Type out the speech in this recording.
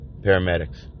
paramedics